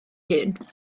hun